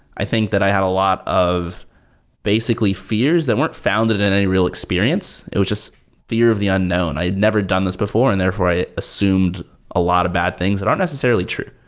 i think that i have a lot of basically fears that weren't founded in any real experience. it was just fear of the unknown. i'd never done this before, and therefore i assumed a lot of bad things that aren't necessarily true.